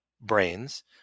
brains